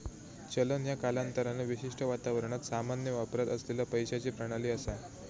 चलन ह्या कालांतरान विशिष्ट वातावरणात सामान्य वापरात असलेला पैशाची प्रणाली असा